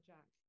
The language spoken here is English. Jack